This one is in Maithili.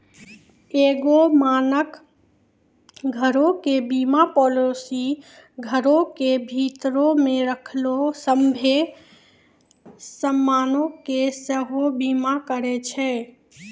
एगो मानक घरो के बीमा पालिसी घरो के भीतरो मे रखलो सभ्भे समानो के सेहो बीमा करै छै